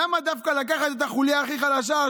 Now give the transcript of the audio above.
למה לקחת דווקא את החוליה הכי חלשה?